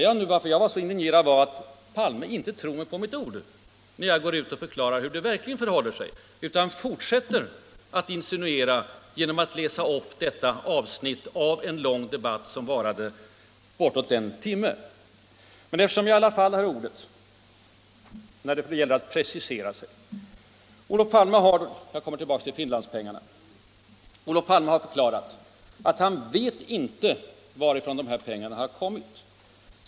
Jag är indignerad över att Olof Palme inte tror mig på mitt ord när jag förklarar hur det verkligen förhåller sig, utan fortsätter att själv insinuera genom att läsa upp ett enda avsnitt ur en lång debatt som varade bortåt en timme. Olof Palme har på tal om Finlandspengarna förklarat att han inte vet varifrån dessa har kommit.